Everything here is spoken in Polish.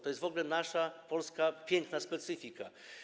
To jest w ogóle nasza polska, piękna specyfika.